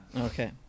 Okay